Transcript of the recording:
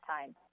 time